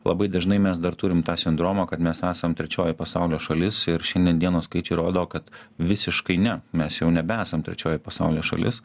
labai dažnai mes dar turim tą sindromą kad mes esam trečioji pasaulio šalis ir šiandien dienos skaičiai rodo kad visiškai ne mes jau nebesam trečioji pasaulio šalis